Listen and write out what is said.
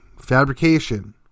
fabrication